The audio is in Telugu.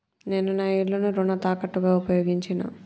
నేను నా ఇల్లును రుణ తాకట్టుగా ఉపయోగించినా